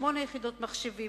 8 יחידות מחשבים,